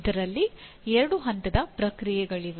ಇದರಲ್ಲಿ ಎರಡು ಹಂತದ ಪ್ರಕ್ರಿಯೆಗಳಿವೆ